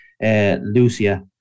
Lucia